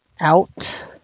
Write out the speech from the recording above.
out